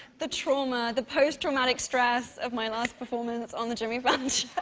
the trauma. the post-traumatic stress of my last performance on the jimmy but